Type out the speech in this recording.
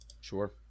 Sure